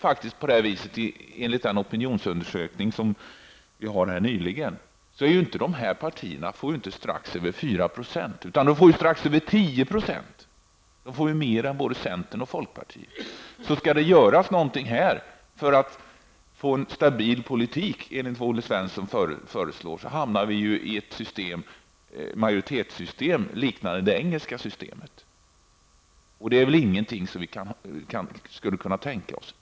Enligt en nyligen genomförd opinionsundersökning lär dessa ''små'' partier inte få strax över 4 % av rösterna utan mer än 10 %. De tycks få fler röster än både centern och folkpartiet. Om det skall göras något för att få en stabil politik enligt den modell som Olle Svensson föreslår, så hamnar vi i ett majoritetssystem som liknar det engelska. Det är väl inget system som vi kan tänka oss.